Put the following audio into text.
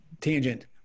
Tangent